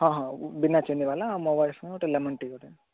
ହଁ ହଁ ବିନା ଚିନି ୱାଲା ଆଉ ମୋ ୱାଇଫ୍ ପାଇଁ ଲେମନ୍ ଟି ଗୋଟେ